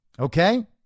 Okay